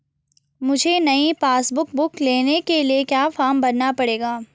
मुझे नयी passbook book लेने के लिए क्या फार्म भरना पड़ेगा?